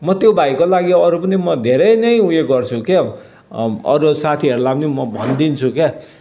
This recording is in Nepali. म त्यो भाइको लागि अरू पनि म धेरै नै ऊ यो गर्छु क्या हो अरू साथीहरूलाई पनि म भनिदिन्छु क्या